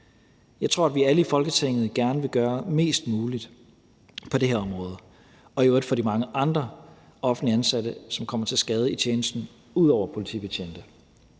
Jeg tror, at vi alle i Folketinget gerne vil gøre mest muligt på det her område og i øvrigt også for de mange andre offentligt ansatte, som – ud over politibetjente